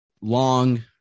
long